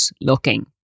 looking